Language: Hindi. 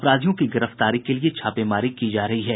अपराधियों की गिरफ्तारी के लिये छापेमारी की जा रही है